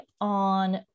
on